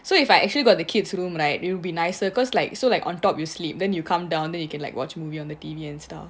so if I actually got the kids room right it'll will be nicer cause like so like on top you sleep then you come down then you can like watch movie on the T_V and stuff